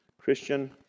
Christian